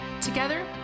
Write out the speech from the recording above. together